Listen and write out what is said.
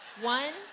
one